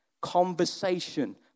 Conversation